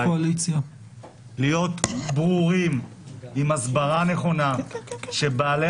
אני מבקש להיות ברורים עם הסברה נכונה כדי שבעלי